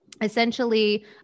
Essentially